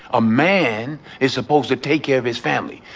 a man is supposed to take care of his family.